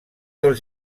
dels